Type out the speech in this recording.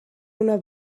una